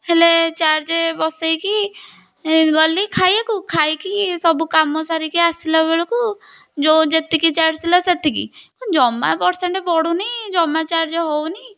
ହେଲେ ଚାର୍ଜ ବସେଇକି ଗଲି ଖାଇବାକୁ ଖାଇକି ସବୁ କାମ ସାରିକି ଆସିଲା ବେଳକୁ ଯେଉଁ ଯେତିକି ଚାର୍ଜ ଥିଲା ସେତିକି ଜମା ପର୍ସେଣ୍ଟ୍ ବଢୁନି ଜମା ଚାର୍ଜ ହେଉନି